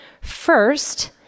First